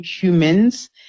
humans